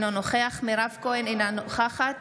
אינו נוכח מירב כהן, אינה נוכחת